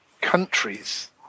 countries